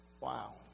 Wow